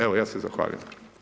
Evo ja se zahvaljujem.